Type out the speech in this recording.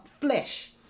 flesh